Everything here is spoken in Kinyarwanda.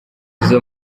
izo